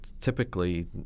typically